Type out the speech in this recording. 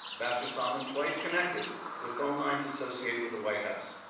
ambassador sondland twice connected with phone lines associated with the white house.